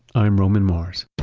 i'm roman mars